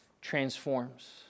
transforms